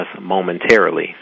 momentarily